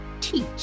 teach